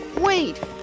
Wait